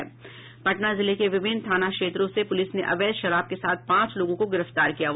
पटना जिले के विभिन्न थाना क्षेत्रों से पुलिस ने अवैध शराब के साथ पांच लोगों को गिरफ्तार किया है